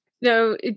No